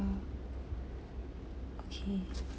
uh okay